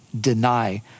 deny